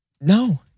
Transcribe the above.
No